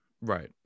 right